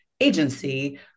agency